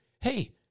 Hey